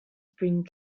spring